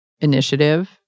initiative